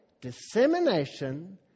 dissemination